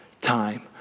time